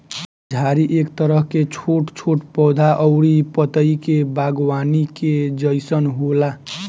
झाड़ी एक तरह के छोट छोट पौधा अउरी पतई के बागवानी के जइसन होला